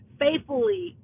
faithfully